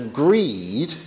greed